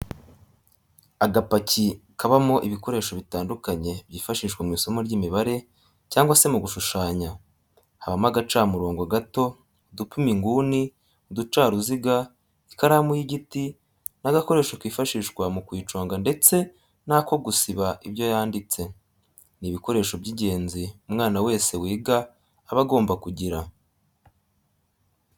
Agapaki kabamo ibikoresho bitandukanye byifashishwa mu isomo ry'imibare cyangwa se mu gushushanya habamo agacamurongo gato, udupima inguni, uducaruziga, ikaramu y'igiti n'agakoresho kifashishwa mu kuyiconga ndetse n'ako gusiba ibyo yanditse, ni ibikoresho by'ingenzi umwana wese wiga aba agomba kugira.